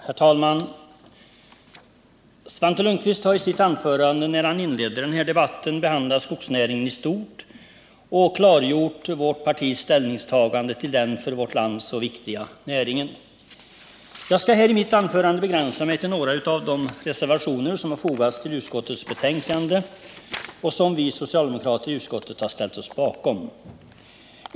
Herr talman! Svante Lundkvist har i sitt anförande när han inledde denna debatt behandlat skogsnäringen i stort och klargjort vårt partis ställningstagande till den för vårt land så viktiga näringen. Jag skall i mitt anförande begränsa mig till några av de reservationer som fogats till utskottets betänkande och som vi socialdemokrater i utskottet har ställt oss bakom.